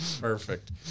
Perfect